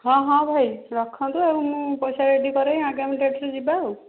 ହଁ ହଁ ଭାଇ ରଖନ୍ତୁ ଆଉ ମୁଁ ପଇସା ରେଡ଼ି କରେଇଁ ଆଗାମୀ ଡେଟ୍ରେ ଯିବା ଆଉ